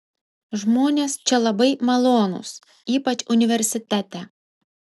žmonės čia labai malonūs ypač universitete